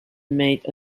made